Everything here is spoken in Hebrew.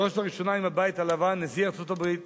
בראש ובראשונה, עם הבית הלבן, נשיא ארצות-הברית,